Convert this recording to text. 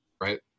Right